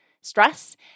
stress